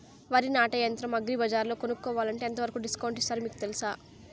వరి నాటే యంత్రం అగ్రి బజార్లో కొనుక్కోవాలంటే ఎంతవరకు డిస్కౌంట్ ఇస్తారు మీకు తెలుసా?